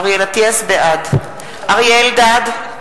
אריאל אטיאס, בעד אריה אלדד,